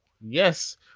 yes